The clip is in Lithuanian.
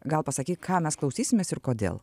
gal pasakyk ką mes klausysimės ir kodėl